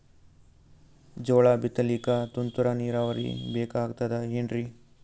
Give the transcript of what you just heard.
ಜೋಳ ಬಿತಲಿಕ ತುಂತುರ ನೀರಾವರಿ ಬೇಕಾಗತದ ಏನ್ರೀ?